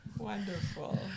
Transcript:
Wonderful